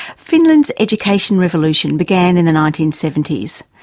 finland's education revolution began in the nineteen seventy s,